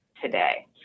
today